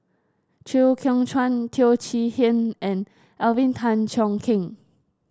Chew Kheng Chuan Teo Chee Hean and Alvin Tan Cheong Kheng